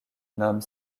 nomme